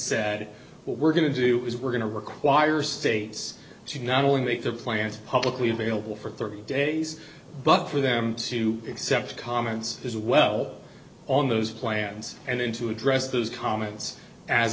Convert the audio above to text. said we're going to do is we're going to require states to not only make the plant publicly available for thirty days but for them to accept comments as well on those plans and then to address those comments as